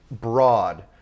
broad